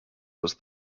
was